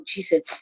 Jesus